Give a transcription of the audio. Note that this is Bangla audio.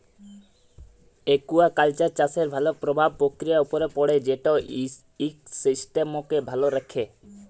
একুয়াকালচার চাষের ভালো পরভাব পরকিতির উপরে পড়ে যেট ইকসিস্টেমকে ভালো রাখ্যে